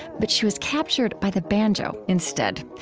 but she was captured by the banjo instead.